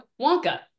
Wonka